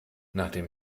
nachdem